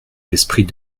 l’esprit